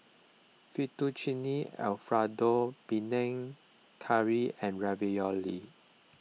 Fettuccine Alfredo Panang Curry and Ravioli